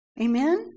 Amen